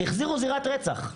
החזירו זירת רצח.